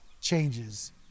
changes